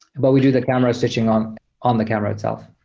but we do the camera stitching on on the camera itself.